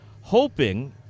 hoping